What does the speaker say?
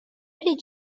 did